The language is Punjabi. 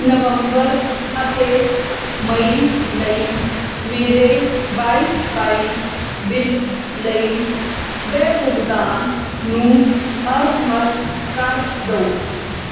ਨਵੰਬਰ ਅਤੇ ਮਈ ਲਈ ਮੇਰੇ ਵਾਈ ਫ਼ਾਈ ਬਿੱਲ ਲਈ ਸਵੈ ਭੁਗਤਾਨ ਨੂੰ ਅਸਮਰੱਥ ਕਰ ਦਿਉ